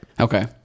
Okay